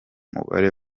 mubare